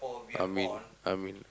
I mean I mean